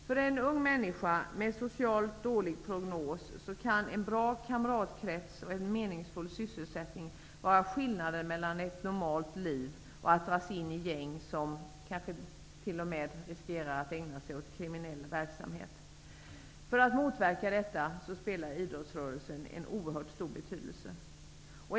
För en ung människa med dålig social prognos kan en bra kamratkrets och en meningsfull sysselsättning vara skillnaden mellan ett normalt liv och att dras in i gäng som kanske t.o.m. ägnar sig åt kriminell verksamhet. Idrottsrörelsen har en oerhört stor betydelse i arbetet med att förhindra en sådan utveckling hos ungdomar.